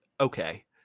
okay